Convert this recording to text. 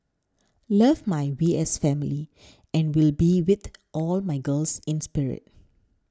love my V S family and will be with all my girls in spirit